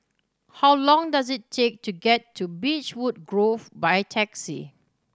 how long does it take to get to Beechwood Grove by taxi